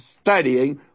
studying